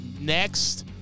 next